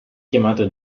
chiamato